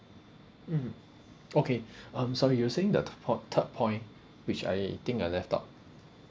mm okay um sorry you're saying the third point third point which I think I left out